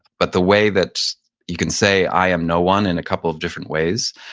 but the way that you can say i am no one in a couple of different ways.